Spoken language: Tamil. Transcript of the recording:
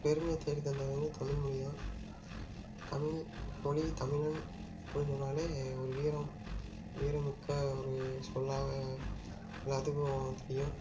பெருமையை தேடித்தந்தது வந்து தமிழ் மொழி தான் தமிழ் மொழி தமிழன் அப்புடினு சொன்னாலே ஒரு வீரம் வீரமிக்க ஒரு சொல்லாக எல்லாத்துக்கும் தெரியும்